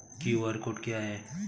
QR code क्या है?